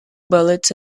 bullets